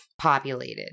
populated